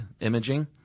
imaging